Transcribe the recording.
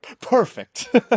Perfect